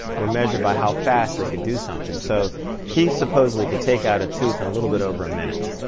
were measured by how fast they could do something. so he supposedly could take out a tooth in and a little bit over a minute.